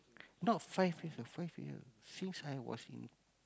not five years ah five year since I was in